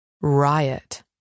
riot